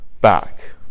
back